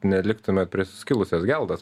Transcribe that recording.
neliktumėt prie suskilusios geldos